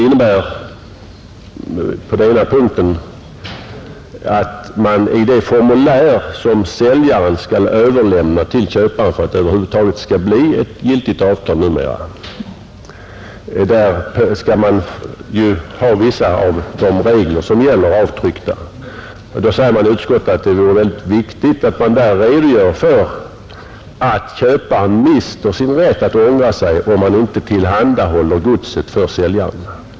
I det formulär som säljaren skall överlämna till köparen för att det över huvud taget skall bli ett giltigt avtal numera skall vissa av de gällande reglerna vara avtryckta. Utskottet framhåller här vikten av att köparen får klart för sig att han mister rätten att ångra sig om han inte tillhandahåller godset för säljaren.